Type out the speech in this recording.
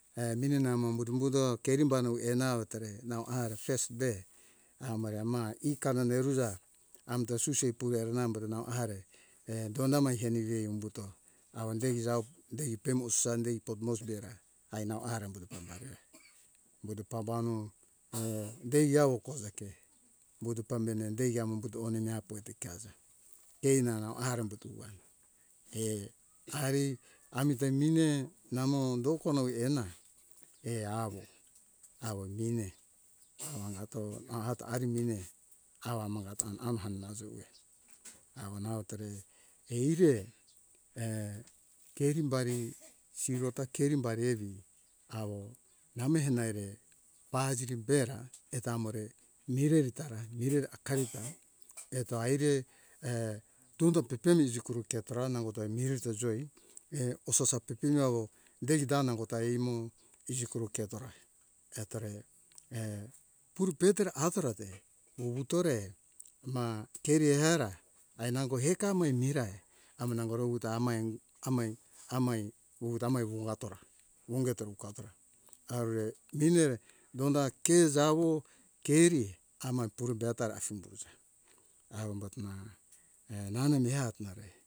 E minenamo umbuto umbuto uenau tore nau ara first be amore ma ika nane uruja amta suse pure nambore nau ahare e donami henimi umbuto awo day jawo day pemu sunday port moresby hera ai nau ahara umbuto pambare umbuto pambahono a day awo kozeke umbuto pambu ene day amo umbuto onene apo ato keaza kei na hare umbutoa ari amite mine namo dokonoi ena e awo awo mine awa hangato ahato ari mine au amangato am a au jue awo nau tore eire kerimbari sirota kerimbari evi awo namihena eire paziri bera eto amore mireri tara mireri hakari ta eto aire donda pepemi ukuru tetora nangota mire ta joy e osasa pepemi awo day da nangota ai mo izi kuro ketora etore puru petera atorate te wuwu tore ma keri eara ai nango heka mai mirai amo nango ro uta amai amai amai wuwu ta amai wuwu atora wongeto wuwu atora arore minere donda ke jawo keri ama purobe atara surubasara awo ambotona e nanemi mehatonare